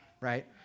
Right